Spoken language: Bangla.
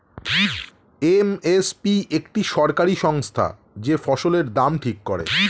এম এস পি একটি সরকারি সংস্থা যে ফসলের দাম ঠিক করে